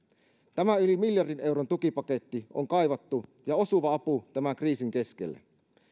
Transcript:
tämä yli miljardin euron tukipaketti on kaivattu ja osuva apu tämän kriisin keskelle